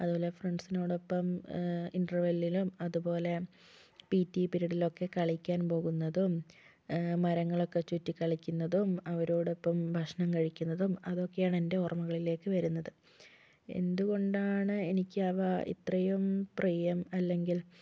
അത്പോലെ ഫ്രണ്ട്സിനോടൊപ്പം ഇൻ്റെർവെല്ലിനും അത്പോലെ പി ടി പീരിഡിലൊക്കെ കളിക്കാൻ പോകുന്നതും മരങ്ങളൊക്കെ ചുറ്റി കളിക്കുന്നതും അവരോടൊപ്പം ഭക്ഷണം കഴിക്കുന്നതും അതൊക്കെയാണ് എൻ്റെ ഓർമകളിലേക്ക് വരുന്നത് എന്തുകൊണ്ടാണെനിക്കു അവ ഇത്രയും പ്രിയം അല്ലെങ്കിൽ